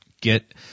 get